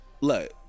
look